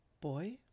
boy